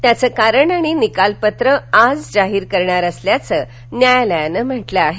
त्याचं कारण आणि निकालपत्र आज जाहीर करणार असल्याचं न्यायालयानं म्हटलं आहे